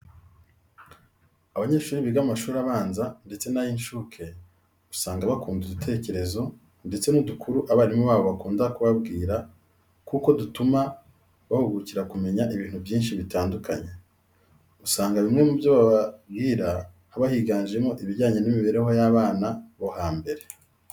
Abanyeshuri biga mu mashuri abanza ndetse n'ay'incuke usanga bakunda udutekerezo ndetse n'udukuru abarimu babo bakunda kubabwira kuko dutuma bahugukira kumenya ibintu byinshi bitandukanye. Usanga bimwe mu byo bababwira haba higanjemo ibijyane n'imibereho y'abana bo hambere.